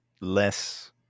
less